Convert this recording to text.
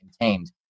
contained